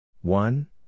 One